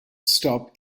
stop